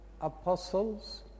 apostles